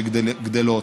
שגדלות.